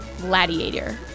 Gladiator